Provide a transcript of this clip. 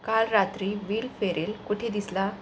काल रात्री Will Ferrell कुठे दिसला